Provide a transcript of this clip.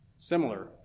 similar